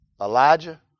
Elijah